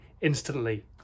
instantly